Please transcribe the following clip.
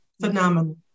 phenomenal